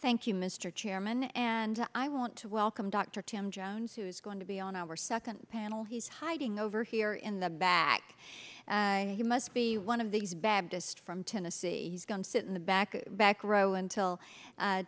thank you mr chairman and i want to welcome dr tim jones who is going to be on our second panel he's hiding over here in the back and he must be one of these baptist from tennessee he's going sit in the back to back row until